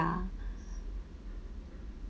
ya